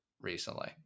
recently